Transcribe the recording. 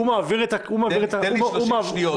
הוא מעביר -- תן לי 30 שניות,